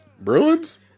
Bruins